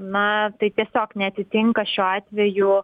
na tai tiesiog neatitinka šiuo atveju